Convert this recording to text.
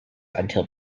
until